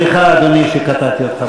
סליחה, אדוני, שקטעתי אותך.